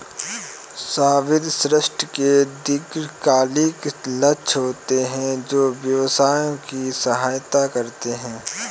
सावधि ऋण के दीर्घकालिक लक्ष्य होते हैं जो व्यवसायों की सहायता करते हैं